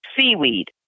seaweed